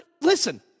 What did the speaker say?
listen